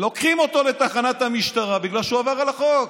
לוקחים אותו לתחנת המשטרה בגלל שהוא עבר על החוק.